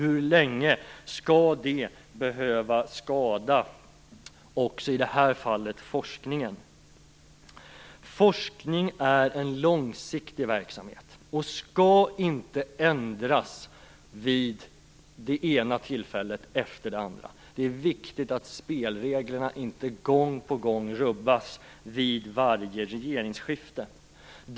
Hur länge skall detta behöva skada forskningen? Forskning är en långsiktig verksamhet och skall inte ändras vid det ena tillfället efter det andra. Det är viktigt att spelreglerna inte rubbas gång på gång vid varje regeringsskifte.